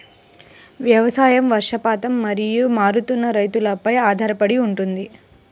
వ్యవసాయం వర్షపాతం మరియు మారుతున్న రుతువులపై ఆధారపడి ఉంటుంది